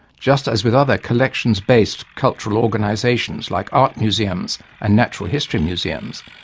just as with other collections-based cultural organisations like art museums and natural history museums,